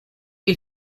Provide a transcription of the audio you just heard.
que